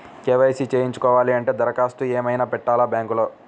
KYC చేయించుకోవాలి అంటే దరఖాస్తు ఏమయినా పెట్టాలా బ్యాంకులో?